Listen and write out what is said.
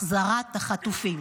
החזרת החטופים".